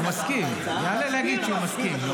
הוא יעלה להגיד שהוא מסכים.